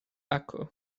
acw